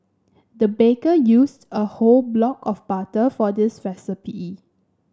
the baker used a whole block of butter for this recipe